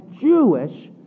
Jewish